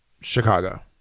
Chicago